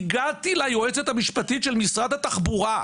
הגעתי ליועצת המשפטית של משרד התחבורה.